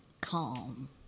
calm